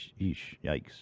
yikes